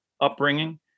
upbringing